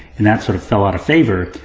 and that sorta fell out of favor.